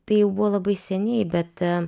tai jau buvo labai seniai bet